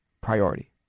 priority